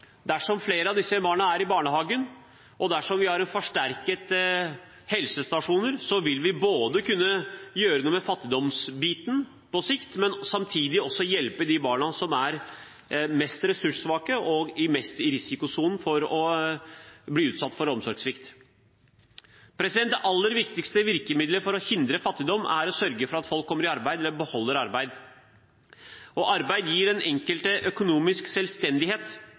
Dersom flere av disse barna er i barnehagen, og dersom vi har en forsterket helsestasjonstjeneste, vil vi både kunne gjøre noe med fattigdomsbiten på sikt, og samtidig også hjelpe de barna som er mest ressurssvake og mest i risikosonen for å bli utsatt for omsorgssvikt. Det aller viktigste virkemidlet for å hindre fattigdom er å sørge for at folk kommer i arbeid eller beholder arbeid. Arbeid gir den enkelte økonomisk selvstendighet